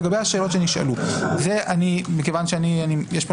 לגבי השאלות שנשאלו מכיוון שיש פה